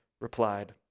replied